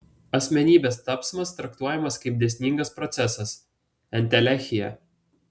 asmenybės tapsmas traktuojamas kaip dėsningas procesas entelechija